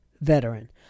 veteran